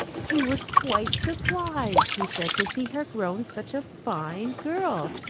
he was quite surprised, he said, to see her grown such a fine girl,